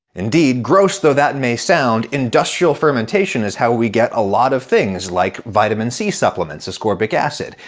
indeed, gross though that may sound, industrial fermentation is how we get a lot of things, like vitamin c supplements ascorbic acid.